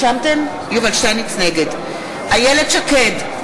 נגד איילת שקד,